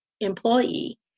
employee